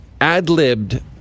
ad-libbed